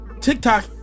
TikTok